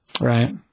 Right